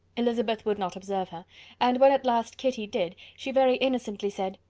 elizabeth would not observe her and when at last kitty did, she very innocently said,